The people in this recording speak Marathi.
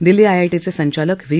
दिल्ली आयआयीचे संचालक व्ही